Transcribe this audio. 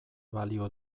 balio